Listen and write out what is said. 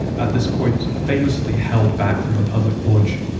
at this point, so famously held back from a public launch,